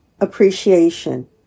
appreciation